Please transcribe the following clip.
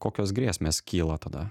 kokios grėsmės kyla tada